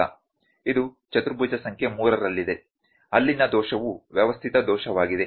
ಇದು ಚತುರ್ಭುಜ ಸಂಖ್ಯೆ 3 ರಲ್ಲಿದೆ ಅಲ್ಲಿನ ದೋಷವು ವ್ಯವಸ್ಥಿತ ದೋಷವಾಗಿದೆ